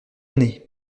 années